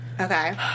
Okay